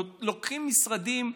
לוקחים משרדים,